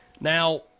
Now